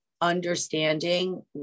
understanding